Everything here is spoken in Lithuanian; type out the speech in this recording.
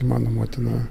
mano motina